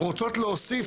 רוצות להוסיף,